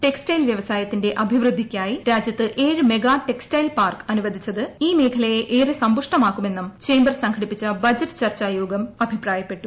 textile വൃവസായത്തിന്റെ അഭിവൃദ്ധിയ്ക്കായി രാജ്യത്ത് ഏഴ് മെഗാ ടെക്സ്റ്റൈൽ പാർക്ക് അനുവദിച്ചത് ഈ മേഖലയെ ഏറെ സമ്പുഷ്ടമാക്കുമെന്നും ചേംബർ സംഘടിപ്പിച്ച ബജറ്റ് ചർച്ച യോഗം അഭിപ്രായപ്പെട്ടു